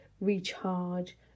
recharge